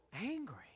angry